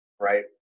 right